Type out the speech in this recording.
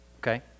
Okay